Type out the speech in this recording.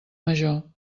major